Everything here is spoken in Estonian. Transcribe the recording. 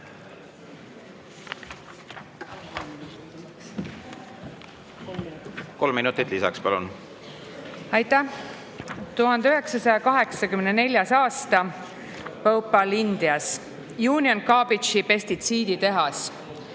Kolm minutit lisaks. Palun! Aitäh! 1984. aasta, Bhopal Indias, Union Carbide'i pestitsiiditehas,